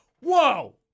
whoa